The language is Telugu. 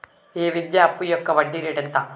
ఈ విద్యా అప్పు యొక్క వడ్డీ రేటు ఎంత?